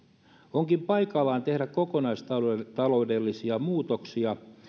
onkin paikallaan tehdä kokonaistaloudellisia muutoksia